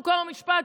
חוקה ומשפט,